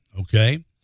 Okay